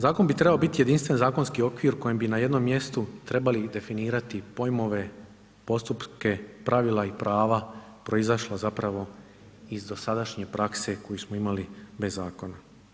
Zakon bi trebao biti jedinstven zakonski okvir u kojem bi na jednom mjestu trebali definirati pojmove, postupke, pravila i prava proizašla zapravo iz dosadašnje prakse koju smo imali bez Zakona.